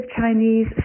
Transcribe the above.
Chinese